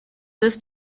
this